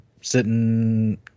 sitting